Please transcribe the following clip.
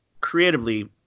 creatively